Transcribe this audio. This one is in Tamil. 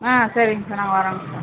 ஆ சரிங்க சார் நாங்கள் வரோங்க சார்